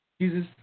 Jesus